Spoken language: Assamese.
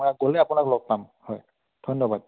মই গ'লে আপোনাক লগ পাম হয় ধন্যবাদ